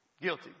Guilty